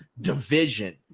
division